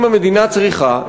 אם המדינה צריכה,